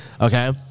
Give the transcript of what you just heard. okay